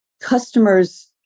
customers